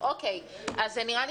נראה לי